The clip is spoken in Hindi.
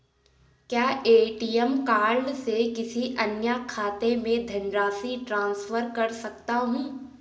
क्या ए.टी.एम कार्ड से किसी अन्य खाते में धनराशि ट्रांसफर कर सकता हूँ?